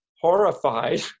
horrified